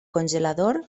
congelador